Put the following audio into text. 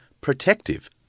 protective